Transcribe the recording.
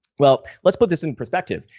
well, let's put this in perspective.